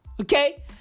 Okay